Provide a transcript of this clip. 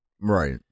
Right